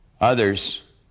Others